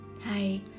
Hi